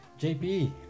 JP